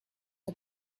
for